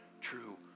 true